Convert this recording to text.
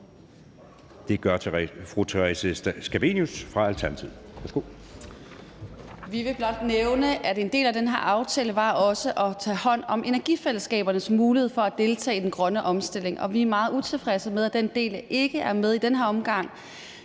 Det gør fru Theresa Scavenius fra Alternativet.